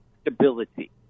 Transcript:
stability